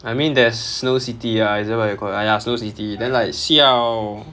I mean there's snow city ah is that what you ca~ ah ya snow city then like siao